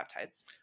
peptides